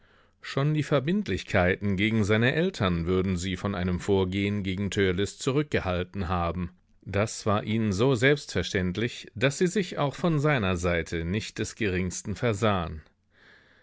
schon die verbindlichkeiten gegen seine eltern würden sie von einem vorgehen gegen törleß zurückgehalten haben das war ihnen so selbstverständlich daß sie sich auch von seiner seite nicht des geringsten versahen